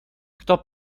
kto